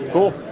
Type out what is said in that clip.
Cool